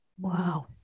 wow